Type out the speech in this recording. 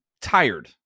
tired